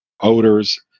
odors